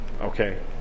Okay